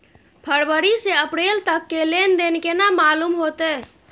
फरवरी से अप्रैल तक के लेन देन केना मालूम होते?